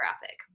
graphic